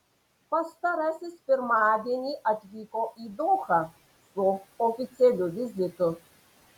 pastarasis pirmadienį atvyko į dohą su oficialiu vizitu